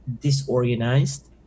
disorganized